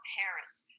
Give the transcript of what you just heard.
parents